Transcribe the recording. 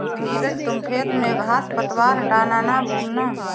नीरज तुम खेत में घांस पतवार हटाना ना भूलना